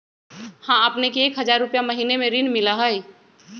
हां अपने के एक हजार रु महीने में ऋण मिलहई?